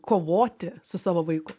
kovoti su savo vaiku